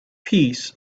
piece